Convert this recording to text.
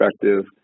perspective